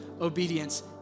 obedience